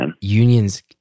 unions